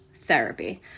therapy